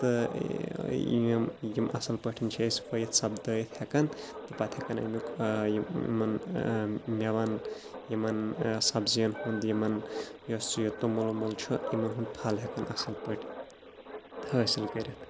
تہٕ یِم یِم اَصٕل پٲٹھۍ چھِ أسۍ ؤیِتھ سپدٲوِتھ ہٮ۪کان تہٕ پَتہٕ ہٮ۪کان اَمیُک یِم یِمَن مٮ۪وَن یِمَن سبزی یَن ہُنٛد یِمَن یُس یہِ توٚمُل ووٚمُل چھُ یِمَن ہُنٛد پھَل ہٮ۪کان اَصٕل پٲٹھۍ حٲصِل کٔرِتھ